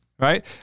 Right